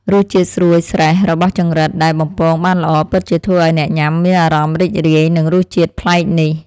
រសជាតិស្រួយស្រេះរបស់ចង្រិតដែលបំពងបានល្អពិតជាធ្វើឱ្យអ្នកញ៉ាំមានអារម្មណ៍រីករាយនឹងរសជាតិប្លែកនេះ។